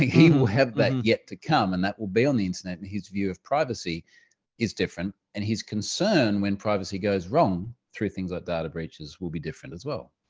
he will have that yet to come, and that will be on the internet and his view of privacy is different. and his concern when privacy goes wrong through things like data breaches will be different as well.